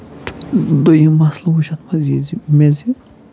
دوٚیُم مَسلہٕ وُچھ اَتھ منٛز یہِ زِ مےٚ زِ